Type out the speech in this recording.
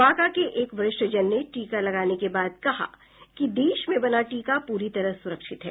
बांका के एक वरिष्ठजन ने टीका लगाने के बाद कहा कि देश में बना टीका पूरी तरह सुरक्षित है